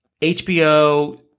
HBO